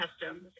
customs